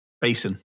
Basin